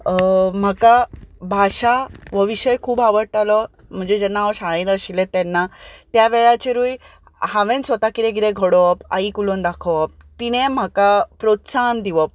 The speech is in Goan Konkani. म्हाका भाशा हो विशय खूब आवडटालो म्हणजे जेन्ना हांव शाळेंत आशिल्लें तेन्ना त्या वेळाचेरूय हांवें स्वता कितें कितें घडोवप आईक उलोवन दाखोवप तिणें म्हाका प्रोत्साहन दिवप